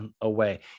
away